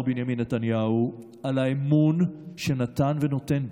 בנימין נתניהו על האמון שהוא נתן ונותן בי.